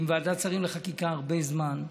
עם ועדת שרים לחקיקה, הרבה זמן.